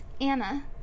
Anna